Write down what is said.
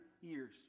years